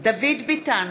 דוד ביטן,